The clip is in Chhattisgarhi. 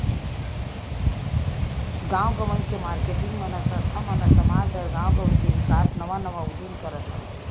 गाँव गंवई म मारकेटिंग मन के संस्था मन ह समाज बर, गाँव गवई के बिकास नवा नवा उदीम करत हवय